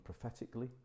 prophetically